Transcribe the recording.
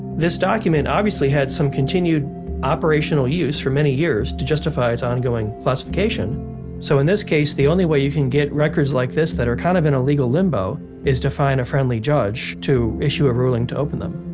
this document obviously had some continued operational use for many years to justify its ongoing classification so in this case, the only way you can get records like this that are kind of in a legal limbo is to find a friendly judge to issue a ruling to open them